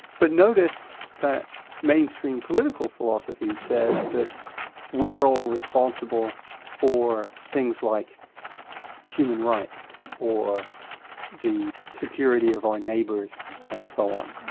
but notice that mainstream political philosophy says that we are all responsible for things like human rights or the security of our neighbours and so on,